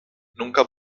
nunca